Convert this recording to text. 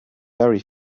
very